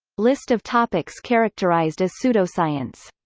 list of topics characterized as pseudoscience